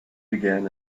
began